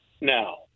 Now